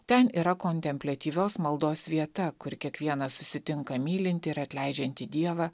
ten yra kontempliatyvios maldos vieta kur kiekvienas susitinka mylintį ir atleidžiantį dievą